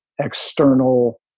external